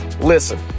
Listen